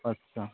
আচ্ছা